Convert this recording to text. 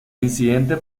incidente